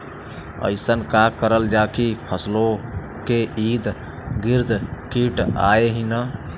अइसन का करल जाकि फसलों के ईद गिर्द कीट आएं ही न?